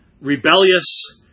rebellious